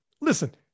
listen